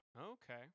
Okay